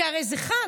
כי הרי זה חג.